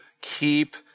keep